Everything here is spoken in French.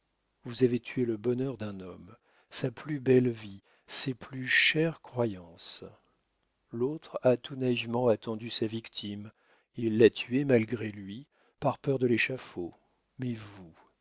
vous avez tué le bonheur d'un homme sa plus belle vie ses plus chères croyances l'autre a tout naïvement attendu sa victime il l'a tuée malgré lui par peur de l'échafaud mais vous